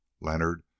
Leonard